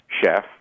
chef